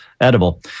edible